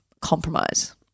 compromise